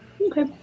Okay